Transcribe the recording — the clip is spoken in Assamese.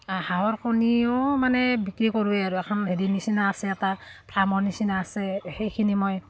হাঁহৰ কণীও মানে বিক্ৰী কৰোঁৱেই আৰু এখন হেৰি নিচিনা আছে এটা ফাৰ্মৰ নিচিনা আছে সেইখিনি মই